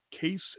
Case